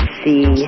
see